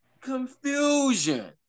Confusion